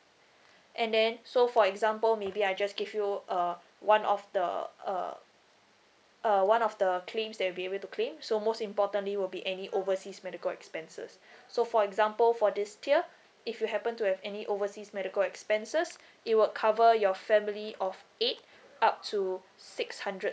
and then so for example maybe I just give you uh one of the uh uh one of the claims that'll be able to claim so most importantly will be any overseas medical expenses so for example for this tier if you happen to have any overseas medical expenses it will cover your family of eight up to six hundred